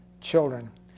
children